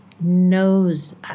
knows